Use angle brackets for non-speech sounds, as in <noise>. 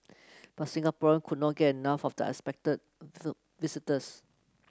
but Singaporean could not get enough of the unexpected <unintelligible> visitors